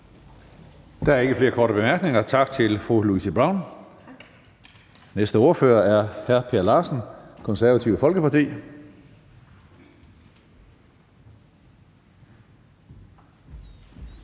Der er ikke flere korte bemærkninger. Tak til fru Louise Brown. Næste ordfører er hr. Per Larsen, Det Konservative Folkeparti. Kl.